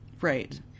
Right